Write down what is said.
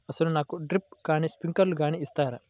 అసలు నాకు డ్రిప్లు కానీ స్ప్రింక్లర్ కానీ ఇస్తారా?